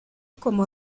como